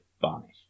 varnish